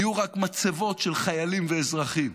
יהיו רק מצבות של חיילים ואזרחים.